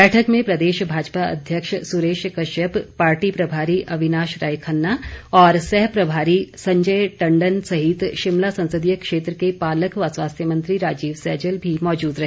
बैठक में प्रदेश भाजपा अध्यक्ष सुरेश कश्यप पार्टी प्रभारी अविनाश राय खन्ना और सहप्रभारी संजय टंडन सहित शिमला संसदीय क्षेत्र के पालक व स्वास्थ्य मंत्री राजीव सैजल भी मौजूद रहे